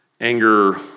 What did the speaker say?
anger